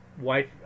Wife